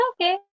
okay